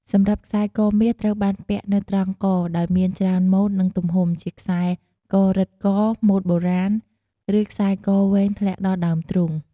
សម្រាប់ខ្សែកមាស ត្រូវបានពាក់នៅត្រង់ក ដោយមានច្រើនម៉ូដ និងទំហំ ជាខ្សែករឹតក ម៉ូដបុរាណ ឬខ្សែកវែងធ្លាក់ដល់ដើមទ្រូង។